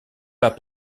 pas